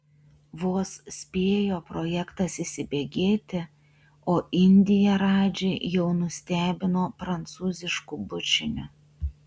vos spėjo projektas įsibėgėti o indija radžį jau nustebino prancūzišku bučiniu